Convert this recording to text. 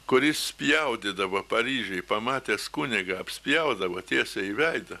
kuris spjaudydavo paryžiuj pamatęs kunigą apspjaudavo tiesiai į veidą